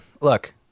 look